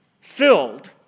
filled